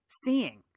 seeing